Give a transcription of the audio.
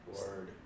Word